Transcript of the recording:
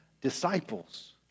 disciples